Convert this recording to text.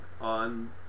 on